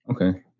Okay